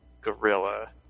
Gorilla